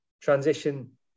transition